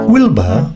Wilbur